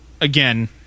again